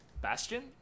Bastion